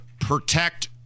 protect